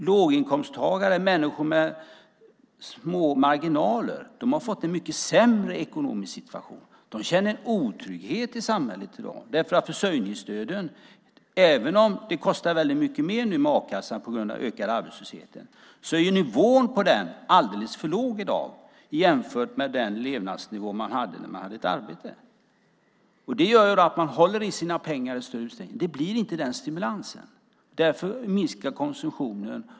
Låginkomsttagare och människor med små marginaler har fått en mycket sämre ekonomisk situation. De känner otrygghet i samhället i dag. Även om det kostar väldigt mycket mer nu med a-kassan på grund av ökad arbetslöshet är nivån på den alldeles för låg i dag jämfört med den levnadsnivå man hade när man hade arbete. Det gör att man håller i sina pengar i större utsträckning. Det blir inte någon sådan stimulans. Därför minskar konsumtionen.